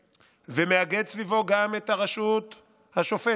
ומאגד סביבו גם את הרשות השופטת,